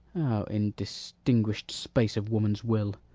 o indistinguish'd space of woman's will!